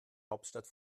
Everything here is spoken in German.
hauptstadt